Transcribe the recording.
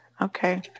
Okay